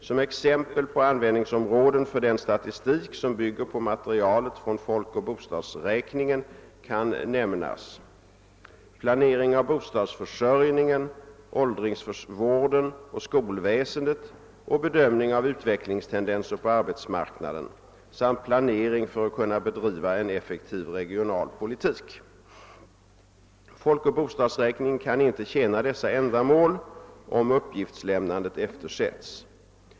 Som exempel på användningsområden för den statistik som bygger på materialet från folkoch bostadsräkningen kan nämnas: planering av bostadsförsörjningen, «:åldringsvården och skolväsendet och bedömning av utvecklingstendenser på arbetsmarknaden samt planering för att kunna bedriva en effektiv regional politik. Folkoch bostadsräkningen kan inte tjäna dessa ändamål, om uppgiftslämnandet eftersätts.